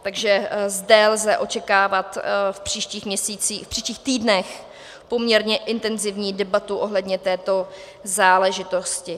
Takže zde lze očekávat v příštích měsících, v příštích týdnech poměrně intenzivní debatu ohledně této záležitosti.